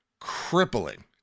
crippling